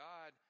God